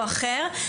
או אחר,